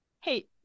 hey